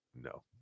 no